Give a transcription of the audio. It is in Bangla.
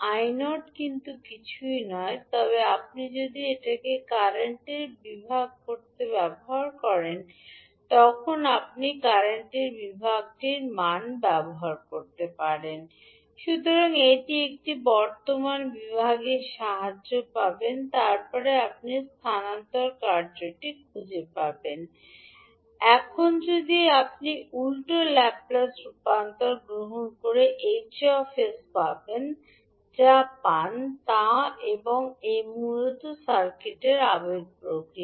𝐼0 কিছুই নয় তবে আপনি যদি এখানে কারেন্ট বিভাগ ব্যবহার করেন তাই যখন আপনি বর্তমান বিভাগটির মান ব্যবহার করেন I0 𝐼𝑠S1 সুতরাং এটি আপনি বর্তমান বিভাগের সাহায্যে পাবেন তারপরে আপনি স্থানান্তর কার্যটি খুঁজে পাবেন এখন আপনি যদি উল্টো ল্যাপ্লেস রূপান্তর গ্রহণ করেন 𝐻𝑠 আপনি যা পান তা পান ℎ𝑡 𝑒−𝑡𝑢𝑡 এবং এটি মূলত সার্কিটের আবেগ প্রতিক্রিয়া